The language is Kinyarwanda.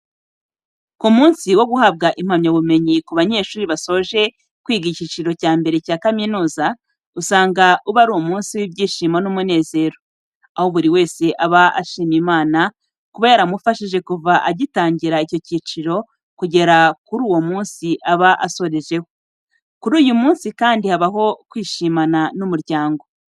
Ku munsi wo guhabwa impamyabumenyi ku banyeshuri basoje kwiga icyiciro cya mbere cya kaminuza, usanga uba ari umunsi w'ibyishimo n'umunezero, aho buri wese aba ashima Imana kuba yaramufashije kuva agitangira icyo cyiciro kugera kuri uwo munsi aba asorejeho. Kuri uyu munsi kandi habaho kwishimana n'umuryango.